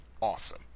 awesome